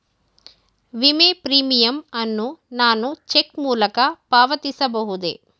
ವಿಮೆ ಪ್ರೀಮಿಯಂ ಅನ್ನು ನಾನು ಚೆಕ್ ಮೂಲಕ ಪಾವತಿಸಬಹುದೇ?